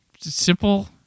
simple